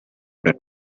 that